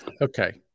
Okay